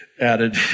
added